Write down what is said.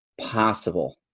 possible